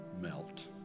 melt